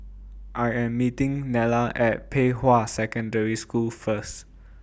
I Am meeting Nella At Pei Hwa Secondary School First